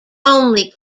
only